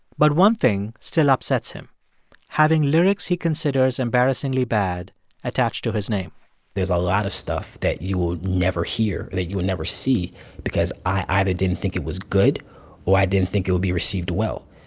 but one thing still upsets him having lyrics he considers embarrassingly bad attached to his name there's a lot of stuff that you will never hear, that you'll never see because i either didn't think it was good or i didn't think it would be received well.